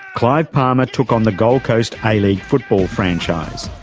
clive palmer took on the gold coast a-league football franchise.